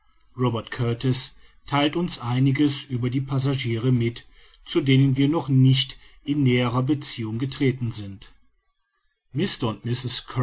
robert kurtis theilt uns einiges über die passagiere mit zu denen wir noch nicht in nähere beziehung getreten sind